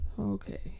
okay